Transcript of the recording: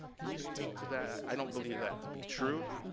can you speak to that? i don't believe that to be true,